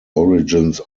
origins